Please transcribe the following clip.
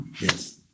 Yes